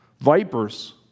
vipers